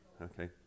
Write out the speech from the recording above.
Okay